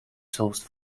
sauce